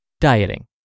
Dieting